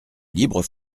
libre